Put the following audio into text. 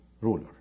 ruler